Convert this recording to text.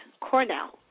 Cornell